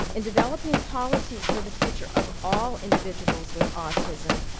in developing policies for the future of all individuals with autism,